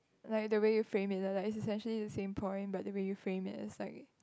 like the way you frame it like like it's essentially the same point but when you frame it it's like